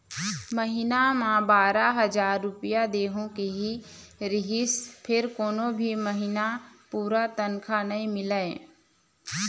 महिना म बारा हजार रूपिया देहूं केहे रिहिस फेर कोनो भी महिना पूरा तनखा नइ मिलय